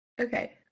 Okay